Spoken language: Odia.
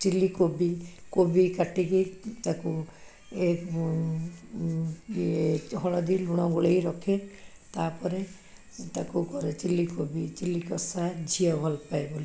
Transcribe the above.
ଚିଲି କୋବି କୋବି କାଟିକି ତାକୁ ହଳଦୀ ଲୁଣ ଗୋଳେଇ ରଖେ ତା'ପରେ ତାକୁ କରେ ଚିଲି କୋବି ଚିଲି କଷା ଝିଅ ଭଲପାଏ ବୋଲି